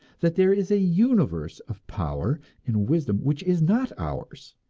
that there is a universe of power and wisdom which is not ours,